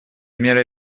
мера